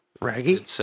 Raggy